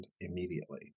immediately